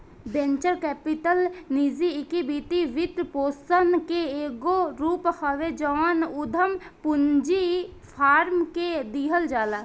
venture capital निजी equity वित्तपोषण के एगो रूप हवे जवन उधम पूंजी फार्म के दिहल जाला